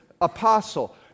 apostle